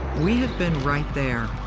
we have been right there,